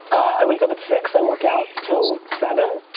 i wake up at six i work out tell seven,